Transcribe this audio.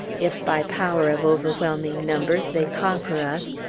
if by power of overwhelming numbers they conquer us,